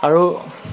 আৰু